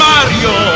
Mario